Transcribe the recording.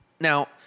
Now